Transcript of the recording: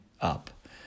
up